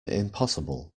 impossible